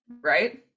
right